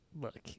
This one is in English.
Look